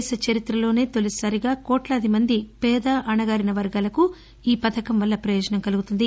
దేశచరితలోనే తొలిసారిగా కోట్లాదిమంది పేద అణగారిన వర్గాలకు ఈ పథకం వల్ల పయోజనం కలుగుతుంది